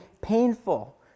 painful